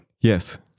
Yes